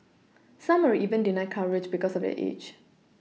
some were even denied coverage because of their age